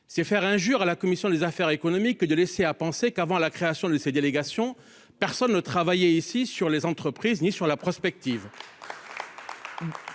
C'est faire injure à la commission des affaires économiques de laisser à penser qu'avant la création de cette délégation, personne ne travaillait ici sur les entreprises ni sur la prospective.